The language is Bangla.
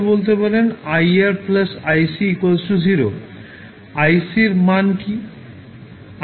iC এর মান কী